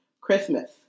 Christmas